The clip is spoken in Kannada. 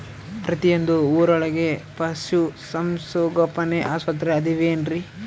ಪ್ರತಿಯೊಂದು ಊರೊಳಗೆ ಪಶುಸಂಗೋಪನೆ ಆಸ್ಪತ್ರೆ ಅದವೇನ್ರಿ?